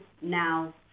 now